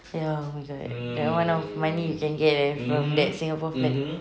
ya oh my god the amount of money you can get if of that singapore flag